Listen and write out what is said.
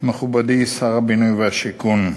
מכובדי שר הבינוי והשיכון,